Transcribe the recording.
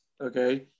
Okay